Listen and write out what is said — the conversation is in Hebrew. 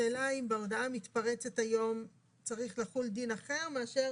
השאלה היא אם בהודעה המתפרצת היום צריך לחול דין אחר מאשר